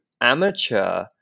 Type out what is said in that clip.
amateur